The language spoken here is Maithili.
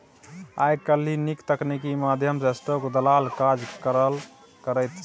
आय काल्हि नीक तकनीकीक माध्यम सँ स्टाक दलाल काज करल करैत छै